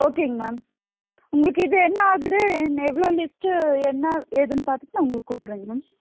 ஓகேங்க மேம் உங்களுக்கு இது என்ன ஆகுது என்ன எவ்வளோ லிஸ்ட்டு என்ன ஏதுன்னு பார்த்துட்டு நான் உங்களுக்கு கூப்புட்றேங்க மேம்